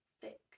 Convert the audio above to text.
thick